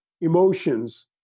emotions